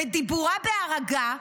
בדיבורה בערגה,